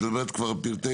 את מדברת כבר על הפרטים?